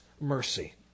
mercy